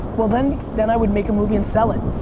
well then then i would make a movie and sell it.